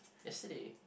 yesterday